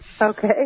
Okay